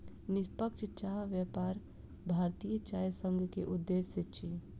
निष्पक्ष चाह व्यापार भारतीय चाय संघ के उद्देश्य अछि